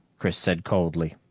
chris said coldly.